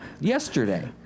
yesterday